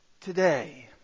today